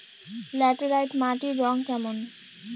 Laterite মাটির রং কেমন?